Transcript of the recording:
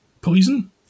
poison